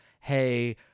hey